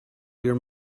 your